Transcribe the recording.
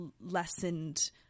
lessened